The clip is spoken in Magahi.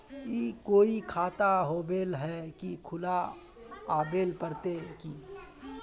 ई कोई खाता होबे है की खुला आबेल पड़ते की?